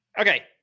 okay